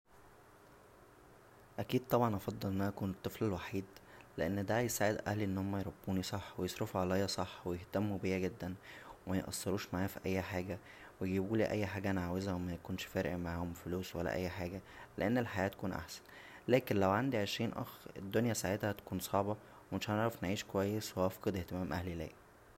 اكيد طبعا هفضل ان انا اكون طفل وحيد لان دا هيساعد اهلى ان هما يربونى صح و يصرفوا عليا صح ويهتموا بيا جدا و ميقصروش معايا فى اى حاجه و يجيبولى اى حاجه انا عاوزها و ميكونش فارق معاهم فلوس ولا اى حاجه لان الحياه هتكون احسن لكن لو عندى عشرين اخ الدنيا ساعتها هتكون صعبه و مش هنعرف نعيش كويس وهفقد اهتمام اهلى ليا